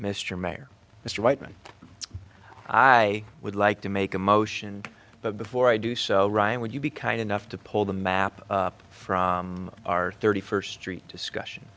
mr mayor mr weightman i would like to make a motion but before i do so ryan would you be kind enough to pull the map up from our thirty first street discussion